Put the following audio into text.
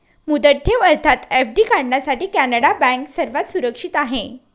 मुदत ठेव अर्थात एफ.डी काढण्यासाठी कॅनडा बँक सर्वात सुरक्षित आहे